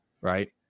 right